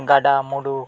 ᱜᱟᱰᱟ ᱢᱩᱰᱩ